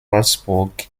wolfsburg